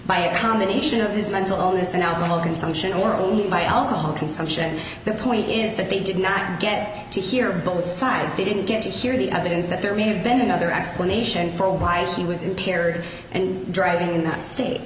by a combination of his mental illness and alcohol consumption or only by alcohol consumption the point is that they did not get to hear both sides they didn't get to hear the evidence that there may have been another explanation for why she was impaired and driving in that state